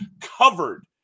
covered